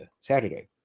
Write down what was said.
Saturday